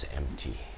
empty